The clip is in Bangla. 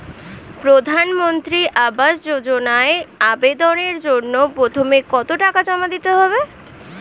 প্রধানমন্ত্রী আবাস যোজনায় আবেদনের জন্য প্রথমে কত টাকা জমা দিতে হবে?